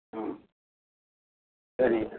ம் சரிங்க